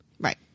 Right